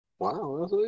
Wow